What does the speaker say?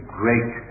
great